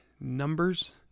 numbers